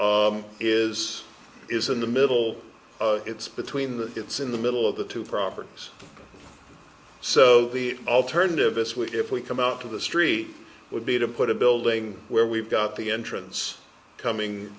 top is is in the middle it's between the it's in the middle of the two properties so the alternative this week if we come out to the street would be to put a building where we've got the entrance coming